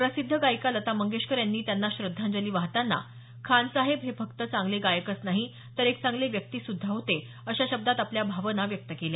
प्रसिद्ध गायिका लता मंगेशकर यांनी त्यांना श्रद्धांजली वाहताना खान साहेब हे फक्त चांगले गायकच नाही तर एक चांगले व्यक्ती सुद्धा होते अशा शब्दात आपल्या भावना व्यक्त केल्या